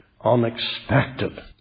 unexpected